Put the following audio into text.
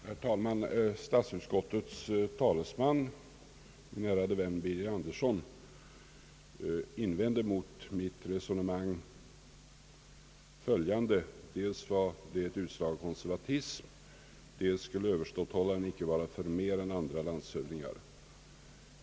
Herr talman! Statsutskottets talesman, min ärade vän herr Birger Andersson invände mot mitt resonemang dels att det skulle vara utslag av konservatism och dels att överståthållaren icke var förmer än andra landshövdingar.